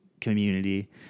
community